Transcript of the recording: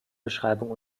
beschreibung